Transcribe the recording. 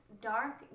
dark